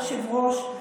היושב-ראש,